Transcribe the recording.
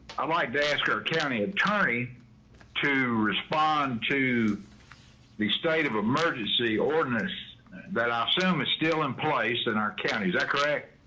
i like to ask our county attorney to respond to the state of emergency ordinance that i assume is still in place in our county. is that correct?